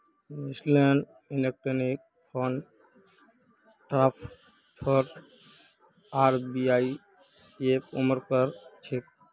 national electronic fund transfer RBI ऐर उपक्रम छेक